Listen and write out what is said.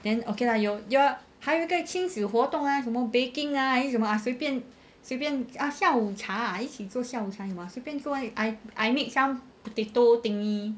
then okay lah you your 还有一个亲子活动啊什么 baking 还是什么 !aiya! 随便随便啊下午茶一起做下午茶什么 I make some potato thingy